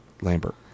Lambert